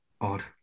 Odd